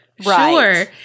sure